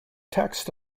text